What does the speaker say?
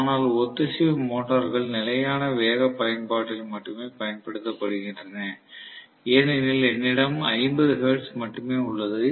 ஆனால் ஒத்திசைவு மோட்டார்கள் நிலையான வேக பயன்பாட்டில் மட்டுமே பயன்படுத்தப்படுகின்றன ஏனெனில் என்னிடம் 50 ஹெர்ட்ஸ் மட்டுமே உள்ளது